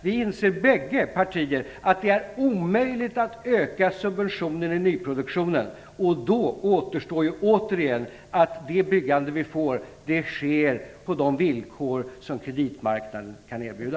Vi inser i bägge partierna att det är omöjligt att öka subventioner i nyproduktionen. Då återstår återigen, att det byggande vi får, sker på de villkor som kreditmarknaden kan erbjuda.